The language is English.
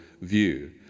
view